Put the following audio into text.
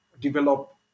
develop